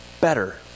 better